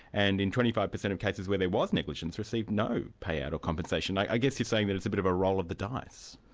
and in twenty five percent of cases where there was negligence, received no payout or compensation. i guess you're saying that it's a bit of a roll of the dice.